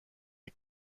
est